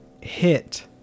hit